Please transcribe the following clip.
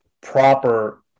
proper